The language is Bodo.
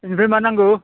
इनिफ्राय मा नांगौ